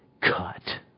cut